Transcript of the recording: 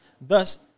Thus